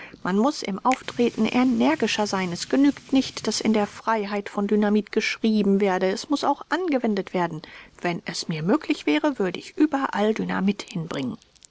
man muß im auftreten energischer sein es genügt nicht daß in der freiheit von dynamit geschrieben werde es muß auch angewendet werden wenn es mir möglich wäre würde ich überall dynamit hinbringen